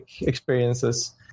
experiences